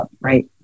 Right